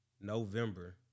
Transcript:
November